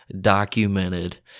documented